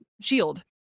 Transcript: shield